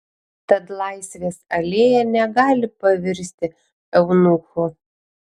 tad laisvės alėja negali pavirsti eunuchu